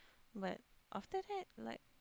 but after that like